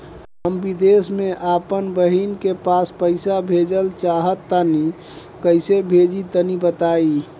हम विदेस मे आपन बहिन के पास पईसा भेजल चाहऽ तनि कईसे भेजि तनि बताई?